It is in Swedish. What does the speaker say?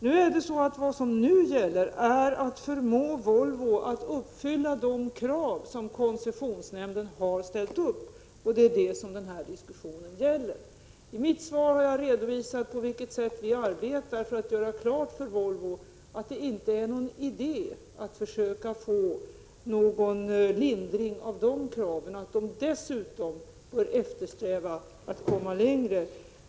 Nu gäller det att förmå Volvo att uppfylla de krav som koncessionsnämnden har ställt upp. Det är detta diskussionen gäller. I mitt svar har jag redovisat på vilket sätt vi arbetar för att göra klart för Volvo att det inte är någon idé att försöka få någon lindring av kraven och att företaget dessutom bör sträva efter att komma längre.